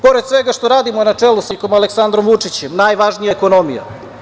Pored svega šta radimo na čelu sa predsednikom Aleksandrom Vučićem, najvažnija je ekonomija.